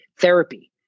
therapy